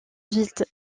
vite